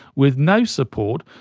with no support,